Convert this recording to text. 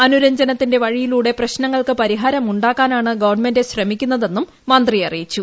അനുരഞ്ജനത്തിന്റെ വഴിയിലൂടെ പ്രശ്നങ്ങൾക്ക് പരിഹാരമു ാക്കാനാണ് ഗവൺമെന്റ് ശ്രമിക്കുന്നതെന്നും മന്ത്രി അറിയിച്ചു